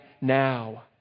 now